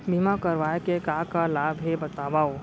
बीमा करवाय के का का लाभ हे बतावव?